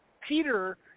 Peter